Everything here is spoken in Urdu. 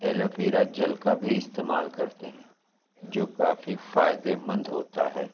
ایلویرا جل کا بھی استعمال کرتے ہیں جو کافی فائدے مند ہوتا ہے